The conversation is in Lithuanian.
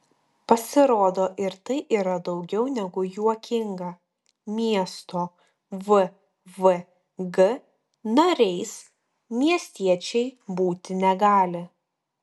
pasirodo ir tai yra daugiau negu juokinga miesto vvg nariais miestiečiai būti negali